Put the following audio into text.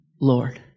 Lord